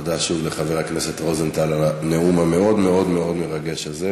תודה שוב לחבר הכנסת רוזנטל על הנאום המאוד-מאוד-מאוד מרגש הזה.